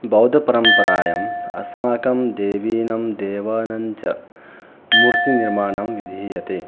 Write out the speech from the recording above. बौद्धपरम्परायम् अस्माकं देवीनां देवानञ्च मूर्तिनिर्माणं विधीयते